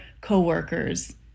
co-workers